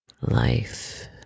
life